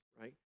right